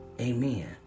amen